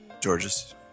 Georges